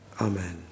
Amen